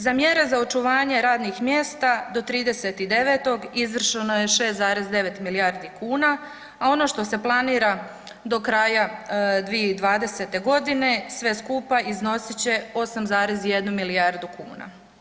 Za mjere za očuvanje radnih mjesta do 30.9. izvršeno je 6,9 milijardi kuna, a ono što se planira do kraja 2020. godine sve skupa iznosit će 8,1 milijardu kuna.